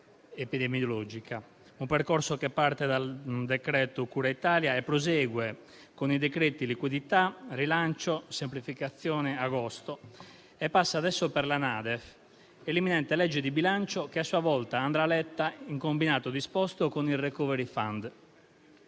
un percorso che parte dal decreto cura Italia e prosegue con i decreti liquidità, rilancio, semplificazioni e agosto e passa adesso per la NADEF e l'imminente legge di bilancio, che a sua volta andrà letta in combinato disposto con il *recovery fund.*